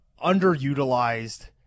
underutilized